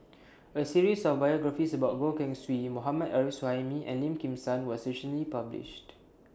A series of biographies about Goh Keng Swee Mohammad Arif Suhaimi and Lim Kim San was recently published